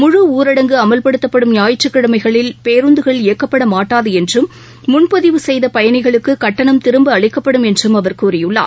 முழு ஊரடங்கு அமல்படுத்தப்படும் ஞாயிற்றுக்கிழமைகளில் பேருந்துகள் இயக்கப்படமாட்டாது என்றும் முன்பதிவு செய்த பயணிகளுக்கு கட்டணம் திரும்ப அளிக்கப்படும் என்றம் அவர் கூறியுள்ளார்